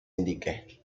indique